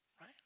right